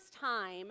time